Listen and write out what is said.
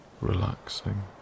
relaxing